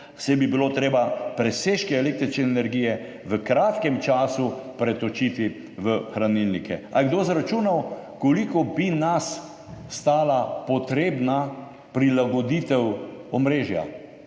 saj bi bilo treba presežke električne energije v kratkem času pretočiti v hranilnike. Ali je kdo izračunal, koliko bi nas stala potrebna prilagoditev omrežja?